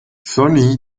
sony